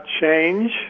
change